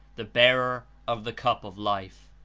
the bearer of the cup of life.